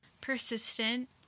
Persistent